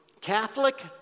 Catholic